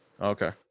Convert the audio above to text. Okay